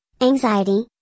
anxiety